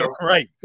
right